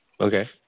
Okay